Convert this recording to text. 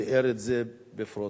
תיאר את זה בפרוטרוט,